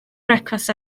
brecwast